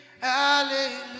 Hallelujah